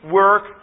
work